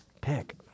pick